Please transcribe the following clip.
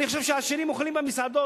אני חושב שעשירים אוכלים במסעדות,